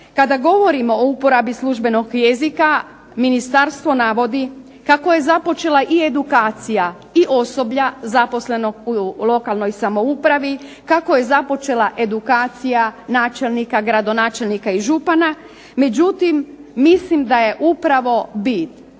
kada govorimo o uporabi službenog jezika Ministarstvo navodi kako je započela i edukacija osoblja zaposlenog u lokalnoj samoupravi, kako je započela edukacija načelnika, gradonačelnika i župana, mislim da je upravo bit